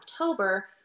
October